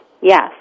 Yes